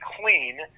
clean